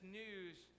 news